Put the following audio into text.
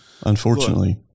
unfortunately